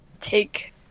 take